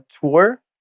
tour